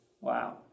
Wow